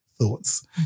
thoughts